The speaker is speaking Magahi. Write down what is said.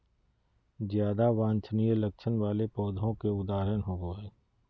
ज्यादा वांछनीय लक्षण वाले पौधों के उदाहरण होबो हइ